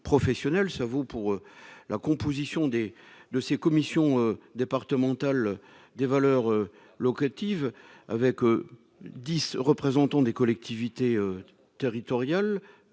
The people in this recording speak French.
ça vous pour la composition des de ces commissions départementales des valeurs locatives avec 10 représentants des collectivités territoriales,